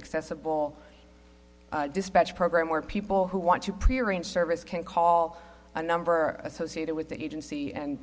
excessive bull dispatch program where people who want to pre arrange service can call a number associated with the agency and